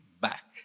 back